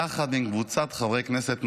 יחד עם קבוצת חברי כנסת,